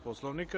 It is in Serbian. Poslovnika?